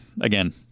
again